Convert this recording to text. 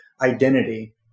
identity